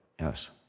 yes